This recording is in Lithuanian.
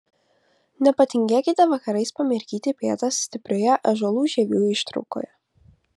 nepatingėkite vakarais pamirkyti pėdas stiprioje ąžuolų žievių ištraukoje